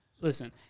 Listen